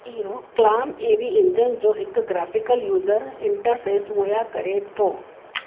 इहो क्लाम ए वी इंजन जो हिकु ग्राफ़ीकल यूज़र इंटरफ़ेस मुहैया करे थो